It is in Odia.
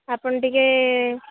ଆପଣ ଟିକିଏ